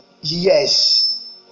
yes